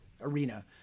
arena